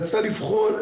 שרצתה לבחון,